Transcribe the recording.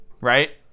right